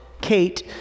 Kate